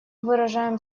выражаем